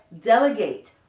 delegate